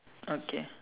okay